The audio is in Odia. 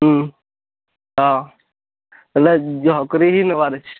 ହୁଁ ହଁ ହେଲେ ଯହକରି ହିଁ ନେବାର ଅଛି